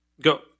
Go